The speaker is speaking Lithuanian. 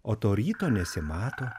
o to ryto nesimato